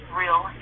real